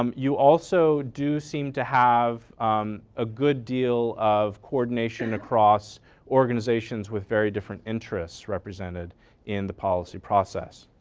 um you also do seem to have a good deal of coordination across organizations with very different interest represented in the policy process.